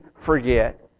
forget